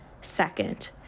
Second